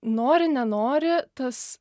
nori nenori tas